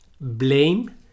blame